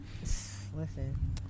Listen